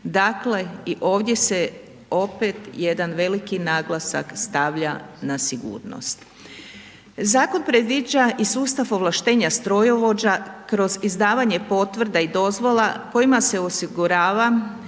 Dakle, i ovdje se opet jedan veliki naglasak stavlja na sigurnost. Zakon predviđa i sustav ovlaštenja strojovođa kroz izdavanje potvrda i dozvola kojima se osigurava